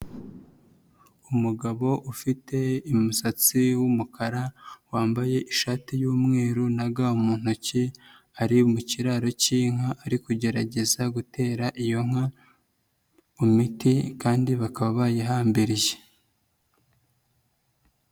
Umugabo ufite umusatsi w'umukara, wambaye ishati y'umweru na ga mu ntoki, ari mu kiraro cyinka, ari kugerageza gutera iyo nka imimiti kandi bakaba bayihambiriye.